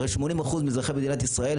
הרי 80% מאזרחי מדינת ישראל,